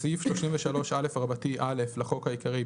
63. בסעיף 36א(א) לחוק העיקרי,